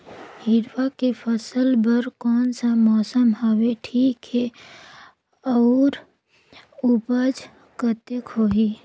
हिरवा के फसल बर कोन सा मौसम हवे ठीक हे अउर ऊपज कतेक होही?